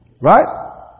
Right